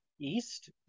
east